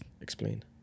Explain